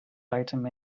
item